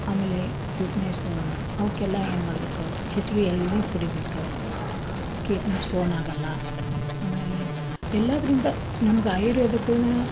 ಆಮೇಲೆ kidney stone ಅವ್ಕೆಲ್ಲ ಏನು ಮಾಡ್ಬೇಕು ಹೆಚ್ಚಿಗೆ ಎಳ್ನೀರು ಕುಡಿಬೇಕು ಕಿಡ್ನಿ ಸ್ಟೋನ್ ಆಗಲ್ಲ ಆಮೇಲೆ ಎಲ್ಲಾದರಿಂದ ನಮ್ಗೆ ಆಯುರ್ವೇದಿಕ್ಕುನು